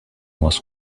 was